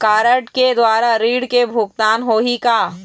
Card के द्वारा ऋण के भुगतान होही का?